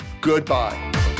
goodbye